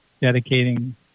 dedicating